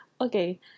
Okay